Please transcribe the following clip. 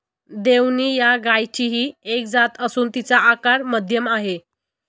देवणी या गायचीही एक जात असून तिचा आकार मध्यम आहे